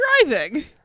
driving